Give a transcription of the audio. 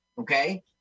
okay